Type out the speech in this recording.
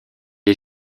est